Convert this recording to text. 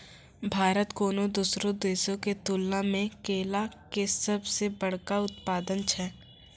भारत कोनो दोसरो देशो के तुलना मे केला के सभ से बड़का उत्पादक छै